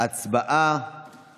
הודעת